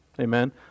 Amen